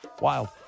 Wild